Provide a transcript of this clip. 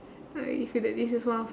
I feel that this is one of